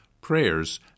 prayers